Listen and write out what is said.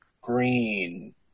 green